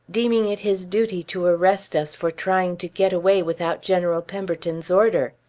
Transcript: deeming it his duty to arrest us for trying to get away without general pemberton's order?